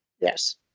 Yes